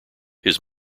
his